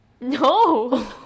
No